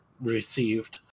received